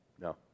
No